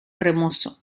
cremoso